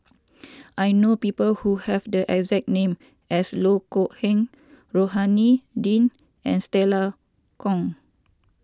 I know people who have the exact name as Loh Kok Heng Rohani Din and Stella Kon